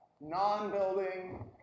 non-building